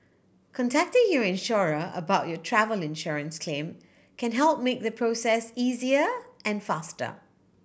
contacting your insurer about your travel insurance claim can help make the process easier and faster